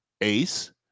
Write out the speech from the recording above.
Ace